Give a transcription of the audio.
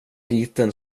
liten